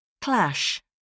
Clash